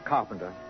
Carpenter